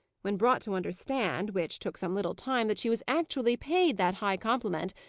when brought to understand which took some little time, that she was actually paid that high compliment,